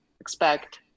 expect